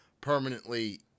Permanently